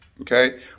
Okay